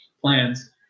plans